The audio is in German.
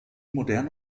moderne